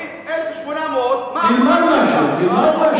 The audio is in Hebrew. תגיד מה היה אחוז